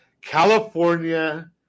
California